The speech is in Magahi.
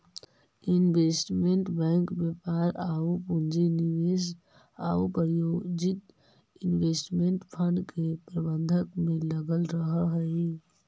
इन्वेस्टमेंट बैंक व्यापार आउ पूंजी निवेश आउ प्रायोजित इन्वेस्टमेंट फंड के प्रबंधन में लगल रहऽ हइ